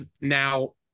now